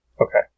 Okay